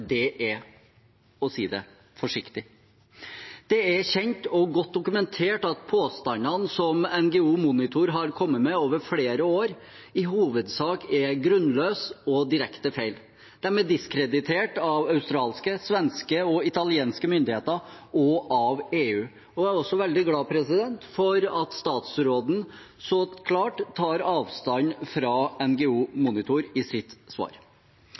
godt dokumentert at påstandene som NGO Monitor har kommet med over flere år, i hovedsak er grunnløse og direkte feil. De er diskreditert av australske, svenske og italienske myndigheter og av EU. Jeg er også veldig glad for at statsråden så klart tar avstand fra NGO Monitor i sitt svar.